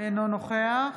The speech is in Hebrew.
אינו נוכח